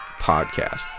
podcast